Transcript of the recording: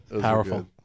Powerful